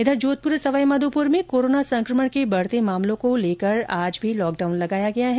उधर जोधपुर और सवाईमाधोपुर में कोरोना संक्रमण के बढते मामलों को लेकर आज भी लॉकडाउन लगाया गया है